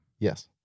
Yes